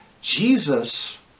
Jesus